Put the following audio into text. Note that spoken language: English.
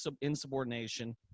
insubordination